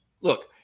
look